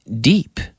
Deep